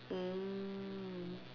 mm